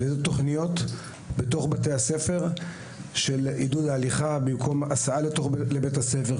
אלו תכניות בתוך בתי הספר של עידוד ההליכה במקום הסעה לבית הספר,